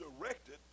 directed